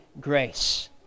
grace